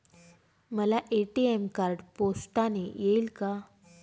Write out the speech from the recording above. मला ATM card पोस्टाने येईल का?